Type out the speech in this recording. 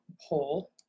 poll